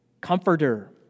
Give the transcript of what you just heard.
comforter